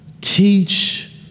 teach